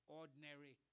ordinary